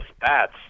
bats